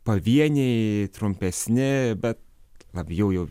pavieniai trumpesni bet labiau jau